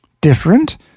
different